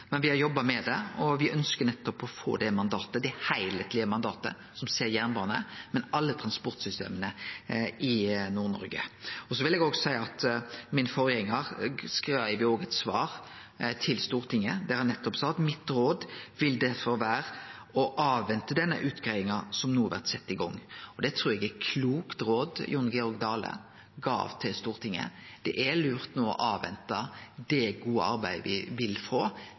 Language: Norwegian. Men me har jobba med det, og me ønskjer å få det mandatet, det heilskaplege mandatet, som ser på jernbane, men òg på alle transportsystema i Nord-Noreg. Eg vil òg seie at forgjengaren min skreiv eit svar til Stortinget der han sa: « mitt råd vil difor vere å avvente denne utgreiinga som no vert sett i gang.» Det trur eg var eit klokt råd frå Jon Georg Dale til Stortinget. Det er lurt no å avvente det gode arbeidet me vil få,